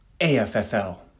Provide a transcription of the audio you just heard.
AFFL